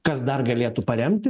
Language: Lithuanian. kas dar galėtų paremti